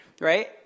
right